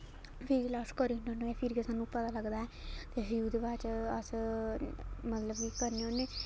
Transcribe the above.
फिर जिसलै अस करी ओड़ने होन्ने फिर गै सानूं पता लगदा ऐ ते फ्ही ओह्दे बाद अस मतलब कि करने होन्ने फिर अस